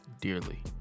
dearly